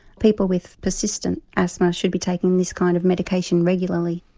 people with persistent asthma should be taking this kind of medication regularly.